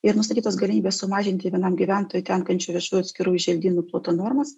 ir nustatytos galimybės sumažinti vienam gyventojui tenkančių viešųjų atskirųjų želdynų ploto normas